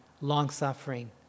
long-suffering